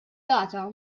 data